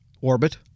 orbit